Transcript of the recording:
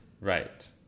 Right